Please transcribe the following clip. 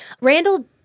Randall